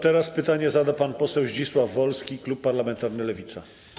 Teraz pytanie zada pan poseł Zdzisław Wolski, klub parlamentarny Lewica.